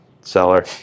seller